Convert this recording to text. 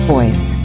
Voice